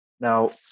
Now